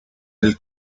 del